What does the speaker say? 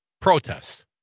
protests